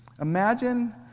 Imagine